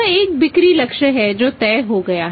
अब यह एक बिक्री लक्ष्य है जो तय हो गया है